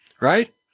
right